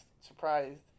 surprised